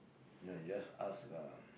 no just ask lah